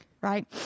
right